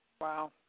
Wow